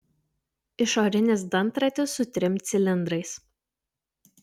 išorinis dantratis su trim cilindrais